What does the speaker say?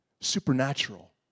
Supernatural